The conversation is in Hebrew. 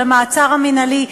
של המעצר המינהלי,